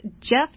Jeff